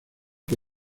que